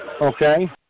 okay